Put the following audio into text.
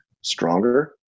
stronger